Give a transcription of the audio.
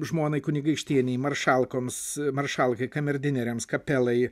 žmonai kunigaikštienei maršalkoms maršalkai kamerdineriams kapelai